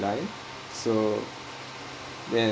so then